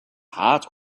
heart